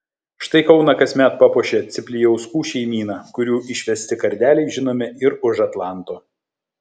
štai kauną kasmet papuošia ciplijauskų šeimyna kurių išvesti kardeliai žinomi ir už atlanto